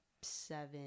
seven